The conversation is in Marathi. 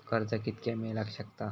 कर्ज कितक्या मेलाक शकता?